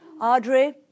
Audrey